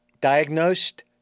diagnosed